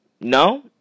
No